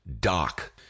doc